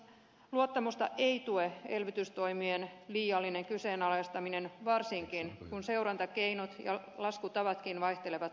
luottamusta ei tue elvytystoimien liiallinen kyseenalaistaminen varsinkin kun seurantakeinot ja laskutavatkin vaihtelevat suuresti